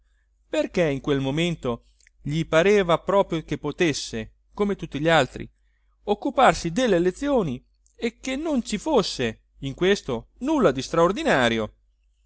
perché in quel momento gli pareva proprio che potesse come tutti gli altri occuparsi delle elezioni e che non ci fosse in questo nulla di straordinario